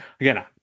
again